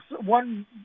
One